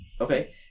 Okay